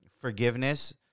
forgiveness